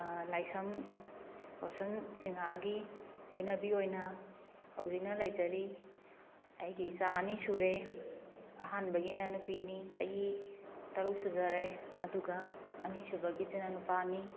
ꯂꯥꯏꯁ꯭ꯔꯝ ꯔꯣꯁꯟ ꯁꯤꯡꯍꯥꯒꯤ ꯂꯣꯏꯅꯕꯤ ꯑꯣꯏꯅ ꯍꯧꯖꯤꯛꯅ ꯂꯩꯖꯔꯤ ꯑꯩꯒꯤ ꯏꯆꯥ ꯑꯅꯤ ꯁꯨꯔꯦ ꯑꯍꯥꯟꯕꯒꯤꯅ ꯅꯨꯄꯤꯅꯤ ꯆꯍꯤ ꯇꯔꯨꯛ ꯁꯨꯖꯔꯦ ꯑꯗꯨꯒ ꯑꯅꯤ ꯁꯨꯕꯒꯤꯁꯤꯅ ꯅꯨꯄꯥꯅꯤ